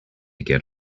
get